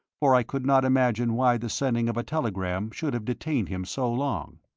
for i could not imagine why the sending of a telegram should have detained him so long.